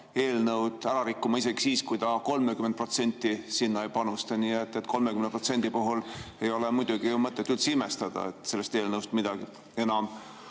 eelnõu ära rikkuma isegi siis, kui ta 30% sinna ei panusta. Nii et 30% puhul ei ole mõtet üldse imestada, et sellest eelnõust midagi